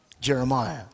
Jeremiah